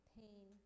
pain